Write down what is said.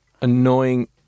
annoying